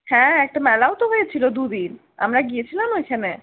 হ্যাঁ একটা মেলাও তো হয়েছিলো দুদিন আমরা গিয়েছিলাম ওইখানে